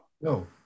No